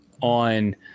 on